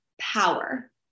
power